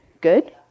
Good